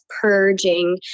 purging